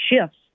shifts